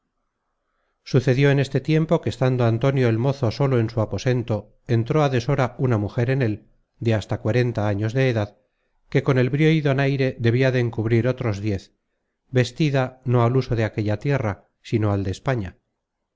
sucedió en este tiempo que estando antonio el mozo solo en su aposento entró á deshora una mujer en él de hasta cuarenta años de edad que con el brío y donaire debia de encubrir otros diez vestida no al uso de aquella tierra sino al de españa